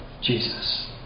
Jesus